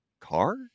car